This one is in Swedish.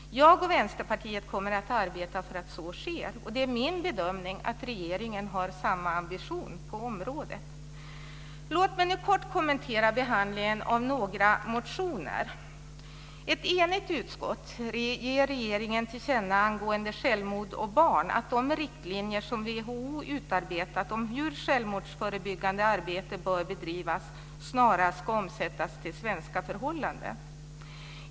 Jag och Vänsterpartiet kommer att arbeta för att så sker. Det är min bedömning att regeringen har samma ambition på området. Låt mig kort kommentera behandlingen av några motioner. Ett enigt utskott ger regeringen till känna angående självmord och barn att de riktlinjer som WHO utarbetat om hur självmordsförebyggande arbete bör bedrivas snarast ska omsättas till svenska förhållanden.